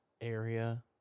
area